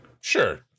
sure